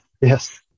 yes